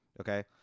Okay